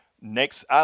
next